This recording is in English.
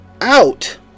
out